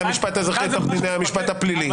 האזרחי לתוך דיני המשפט הפלילי.